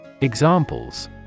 Examples